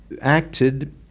acted